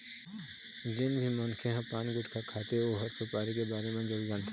जेन भी मनखे ह पान, गुटका खाथे ओ ह सुपारी के बारे म जरूर जानथे